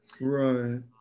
Right